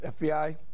FBI